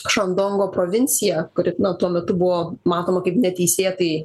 šandongo provincij kuri na tuomet buvo matoma kaip neteisėtai